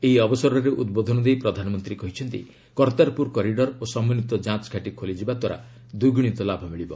ଏହି ଅବସରରେ ଉଦ୍ବୋଧନ ଦେଇ ପ୍ରଧାନମନ୍ତ୍ରୀ କହିଛନ୍ତି କର୍ତ୍ତାରପୁର କରିଡ଼ର ଓ ସମନ୍ୱିତ ଯାଞ୍ଚ ଘାଟି ଖୋଲିଯିବା ଦ୍ୱାରା ଦ୍ୱିଗୁଣିତ ଲାଭ ମିଳିବ